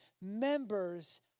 members